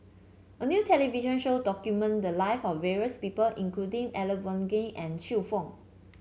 a new television show documented the live of various people including Elangovan and Xiu Fang